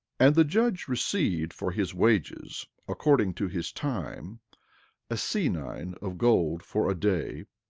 and the judge received for his wages according to his time a senine of gold for a day,